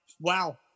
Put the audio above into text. Wow